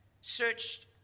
searched